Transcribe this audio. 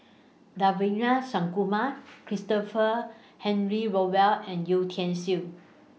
Christopher Henry Rothwell and Yeo Tiam Siew